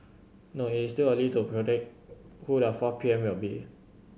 no it is still early to predict who the four P M will be